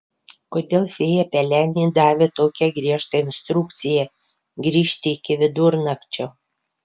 kodėl fėja pelenei davė tokią griežtą instrukciją grįžti iki vidurnakčio